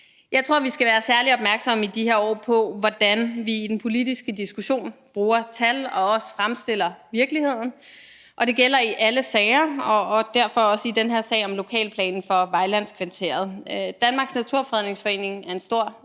de her år skal være særlig opmærksomme på, hvordan vi i den politiske diskussion bruger tal og også fremstiller virkeligheden. Det gælder i alle sager og derfor også i den her sag om lokalplanen for Vejlandskvarteret. Danmarks Naturfredningsforening er en stor